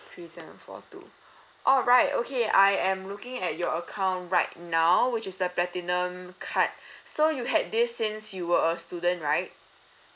three seven four two alright okay I am looking at your account right now which is the platinum card so you had this since you were a student right